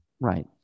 Right